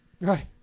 Right